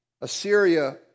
Assyria